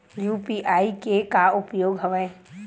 UPI के का उपयोग हवय?